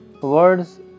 Words